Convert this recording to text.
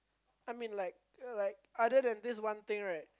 I mean like like other than this one thing right